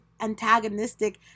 antagonistic